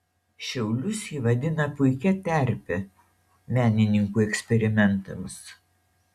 šiaulius ji vadina puikia terpe menininkų eksperimentams